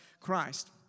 Christ